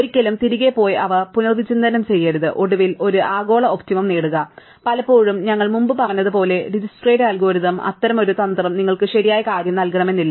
ഒരിക്കലും തിരികെ പോയി അവ പുനർവിചിന്തനം ചെയ്യരുത് ഒടുവിൽ ഒരു ആഗോള ഒപ്റ്റിമം നേടുക പലപ്പോഴും ഞങ്ങൾ മുമ്പ് പറഞ്ഞതുപോലെ ഡിജ്ക്സ്ട്രയുടെ അൽഗോരിതം അത്തരമൊരു തന്ത്രം നിങ്ങൾക്ക് ശരിയായ കാര്യം നൽകണമെന്നില്ല